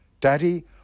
Daddy